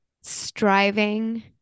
striving